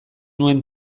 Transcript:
nuen